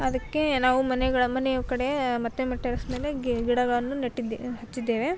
ಅದಕ್ಕೆ ನಾವು ಮನೆಗಳ ಮನೆಯ ಕಡೆ ಮತ್ತೆ ಮತ್ತು ಟೆರೆಸ್ ಮೇಲೆ ಗಿಡವನ್ನು ನೆಟ್ಟಿದ್ದೆ ಹಚ್ಚಿದ್ದೇವೆ